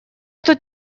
тут